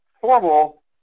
Formal